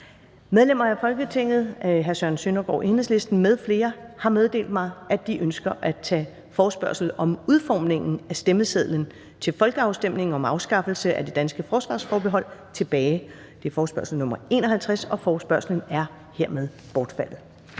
Medlemmer af Folketinget Søren Søndergaard (EL) m.fl. har meddelt mig, at de ønsker at tage forespørgsel F 51 om udformningen af stemmesedlen til folkeafstemningen om afskaffelsen af det danske forsvarsforbehold tilbage. Forespørgslen er hermed bortfaldet.